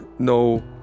No